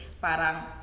parang